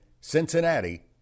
Cincinnati